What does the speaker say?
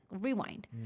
Rewind